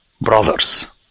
brothers